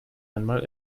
einmal